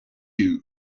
you